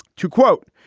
to quote,